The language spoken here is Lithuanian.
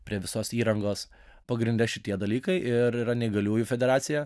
prie visos įrangos pagrinde šitie dalykai ir yra neįgaliųjų federacija